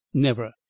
never.